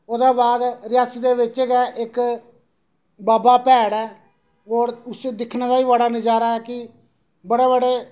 ओहदे बाद रियासी दे बिच गै इक बाबा भैड़ ऐ और उसी दिक्खने दा बी बड़ा नजारा है कि बड़े बड़े